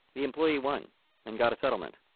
the employee won and got a settlement.